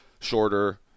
shorter